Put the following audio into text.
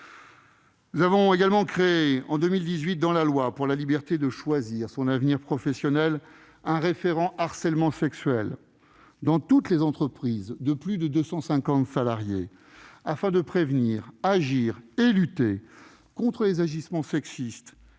Nous avons également créé dans la loi du 5 septembre 2018 pour la liberté de choisir son avenir professionnel un référent en matière de harcèlement sexuel dans toutes les entreprises de plus de 250 salariés, afin de prévenir, d'agir et de lutter contre les agissements sexistes